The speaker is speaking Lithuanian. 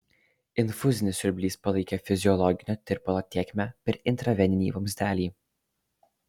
infuzinis siurblys palaikė fiziologinio tirpalo tėkmę per intraveninį vamzdelį